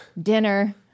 dinner